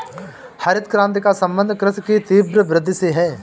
हरित क्रान्ति का सम्बन्ध कृषि की तीव्र वृद्धि से है